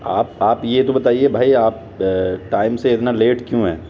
آپ آپ یہ تو بتائیے بھائی آپ ٹائم سے اتنا لیٹ کیوں ہیں